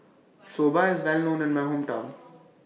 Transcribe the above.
Soba IS Well known in My Hometown